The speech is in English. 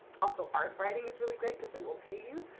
also art writing is really great, because they will pay you.